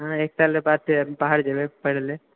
हँ एक सालके बाद फेर बाहर जेबय पढ़यलऽ